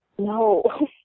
No